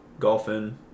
Golfing